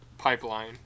pipeline